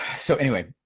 so anyway.